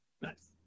Nice